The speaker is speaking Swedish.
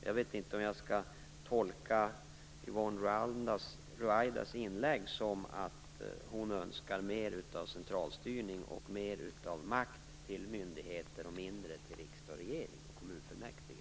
Jag vet inte om jag skall tolka Yvonne Ruwaidas inlägg så att hon önskar mer av centralstyrning och makt till myndigheter och mindre till riksdag, regering och kommunfullmäktige.